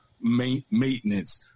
maintenance